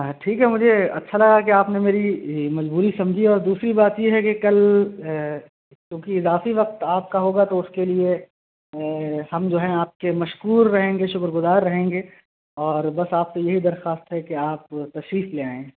ہاں ٹھیک ہے مجھے اچھا لگا کہ آپ نے میری مجبوری سمجھی اور دوسری بات یہ ہے کہ کل کیونکہ اضافی وقت آپ کا ہوگا تو اس کے لیے ہم جو ہیں آپ کے مشہور رہیں گے شکر گزار رہیں گے اور بس آپ تو یہی درخوست ہے کہ آپ تشریف لے آئیں